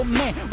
man